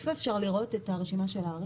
איפה אפשר לראות את הרשימה של הערים?